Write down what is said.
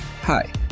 Hi